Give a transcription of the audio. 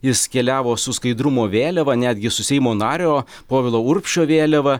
jis keliavo su skaidrumo vėliava netgi su seimo nario povilo urbšio vėliava